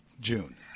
June